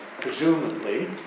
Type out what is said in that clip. presumably